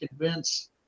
convince